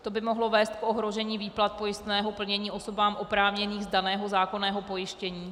To by mohlo vést k ohrožení výplat pojistného plnění osobám oprávněných z daného zákonného pojištění.